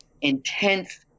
intense